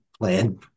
plan